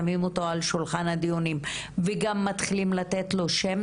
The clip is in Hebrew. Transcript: שמים אותו על שולחן הדיונים וגם מתחילים לתת לו שם,